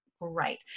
great